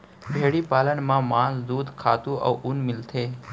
भेड़ी पालन म मांस, दूद, खातू अउ ऊन मिलथे